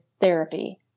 therapy